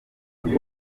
amata